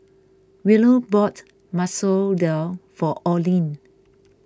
Willow bought Masoor Dal for Olene